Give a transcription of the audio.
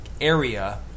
area